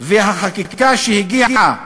והחקיקה שהגיעה בעקבותיו,